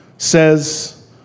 says